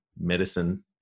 medicine